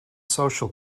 social